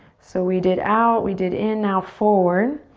so we did out, we did in, now forward.